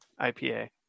IPA